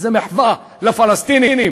איזה מחווה לפלסטינים.